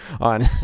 on